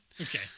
Okay